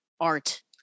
art